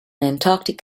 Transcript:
antarctic